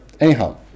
Anyhow